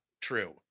true